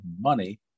money